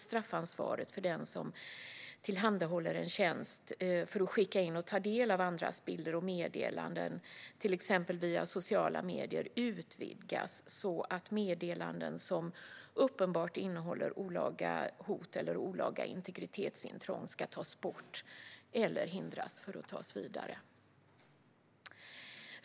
Straffansvaret för den som tillhandahåller en tjänst för att skicka in och ta del av andras bilder och meddelanden, till exempel via sociala medier, utvidgas så att också meddelanden som uppenbart innehåller olaga hot eller olaga integritetsintrång ska tas bort eller hindras från att spridas vidare.